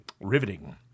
Riveting